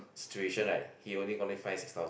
situation right he only going fine six thousand